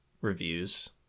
reviews